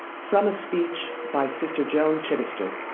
from a speech by sister joan chittister